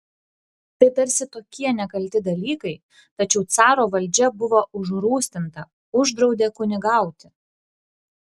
tai tarsi tokie nekalti dalykai tačiau caro valdžia buvo užrūstinta uždraudė kunigauti